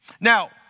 Now